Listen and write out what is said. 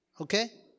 Okay